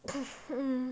!hais! um